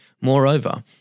Moreover